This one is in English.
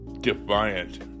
defiant